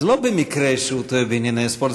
זה לא במקרה שהוא טועה בענייני ספורט,